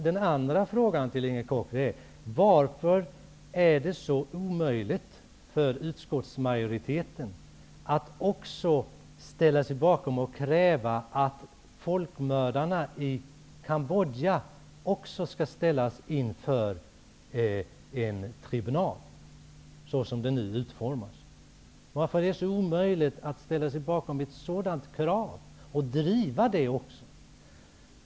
Den andra frågan till Inger Koch är: Varför är det så omöjligt för utskottsmajoriteten att ställa sig bakom kravet på att även folkmördarna i Kambodja skall ställas inför en tribunal, så som den nu utformas? Varför är det så omöjligt att ställa sig bakom ett sådant krav och också driva det?